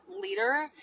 leader